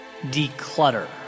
Declutter